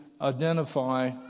identify